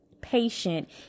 patient